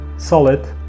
solid